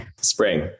Spring